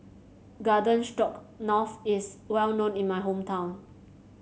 Garden Stroganoff is well known in my hometown